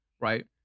right